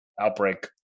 outbreak